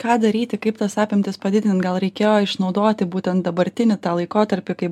ką daryti kaip tas apimtis padidint gal reikėjo išnaudoti būtent dabartinį tą laikotarpį kai